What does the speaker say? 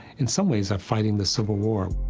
in some ways, like fighting the civil war.